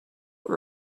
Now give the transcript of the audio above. what